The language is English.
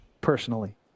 personally